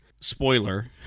spoiler